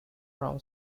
from